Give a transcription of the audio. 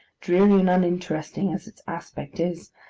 dreary and uninteresting as its aspect is,